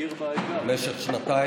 הרסת את הדמוקרטיה